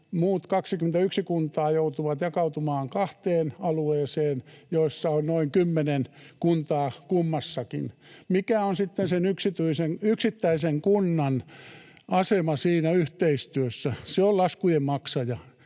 muut 21 kuntaa joutuvat jakautumaan kahteen alueeseen, joissa on noin kymmenen kuntaa kummassakin. Mikä on sitten sen yksittäisen kunnan asema siinä yhteistyössä? Se on laskujen maksaja